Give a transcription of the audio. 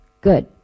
Good